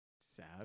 Sad